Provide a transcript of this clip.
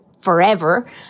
forever